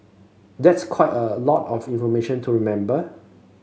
that's quite a lot of information to remember